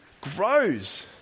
grows